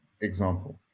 example